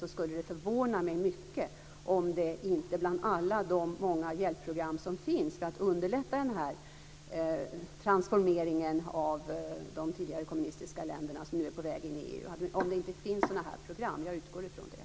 Det skulle förvåna mig mycket om det inte finns sådana här program bland de många hjälpprogram som finns för att underlätta transformeringen av de tidigare kommunistiska länder som nu är på väg in i EU. Jag utgår från det.